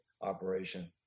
operation